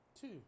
Two